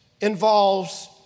involves